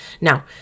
Now